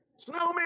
Snowman